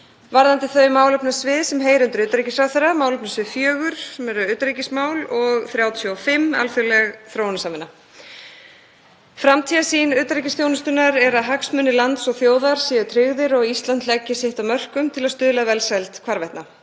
varðandi þau málefnasvið sem heyra undir utanríkisráðherra, málefnasvið 4, sem eru utanríkismál, og 35, alþjóðleg þróunarsamvinna. Framtíðarsýn utanríkisþjónustunnar er að hagsmunir lands og þjóðar séu tryggðir og Ísland leggi sitt af mörkum til að stuðla að velsæld hvarvetna.